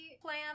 plan